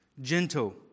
gentle